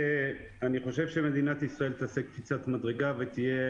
אני חושב שמדינת ישראל תעשה קפיצת מדרגה ותהיה